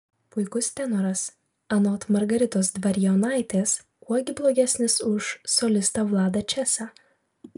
puikus tenoras anot margaritos dvarionaitės kuo gi blogesnis už solistą vladą česą